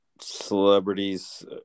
celebrities